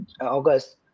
August